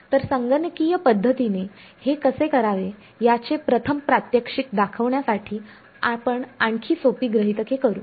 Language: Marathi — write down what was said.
तर संगणकीय पद्धतीने हे कसे करावे याचे प्रथम प्रात्यक्षिक दाखवण्यासाठी आपण आणखी सोपी ग्रहीतके करू